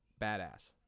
badass